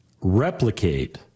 replicate